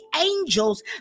angels